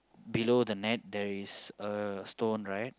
below the net there is a stone right